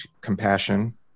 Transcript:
compassion